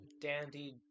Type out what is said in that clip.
Dandy